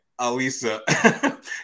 Alisa